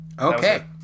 okay